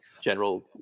general